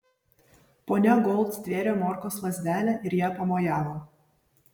ponia gold stvėrė morkos lazdelę ir ja pamojavo